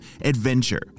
adventure